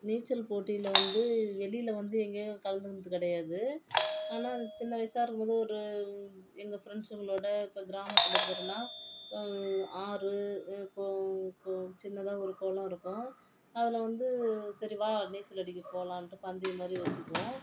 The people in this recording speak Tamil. நீச்சல் போட்டியில் வந்து வெளியில் வந்து எங்கேயோ கலந்துக்கினது கிடையாது ஆனால் சின்ன வயசா இருக்கும் போது ஒரு எங்கள் ஃப்ரெண்ட்ஸுங்களோட இப்போ கிராமத்தில் இருக்கிறனா இப்போ ஆறு கோ கோ சின்னதாக ஒரு கொளம் இருக்கும் அதில் வந்து சரி வா நீச்சல் அடிக்க போகலான்ட்டு பந்தயம் மாதிரி வச்சிக்குவோம்